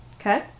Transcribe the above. Okay